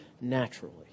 naturally